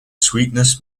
sweetness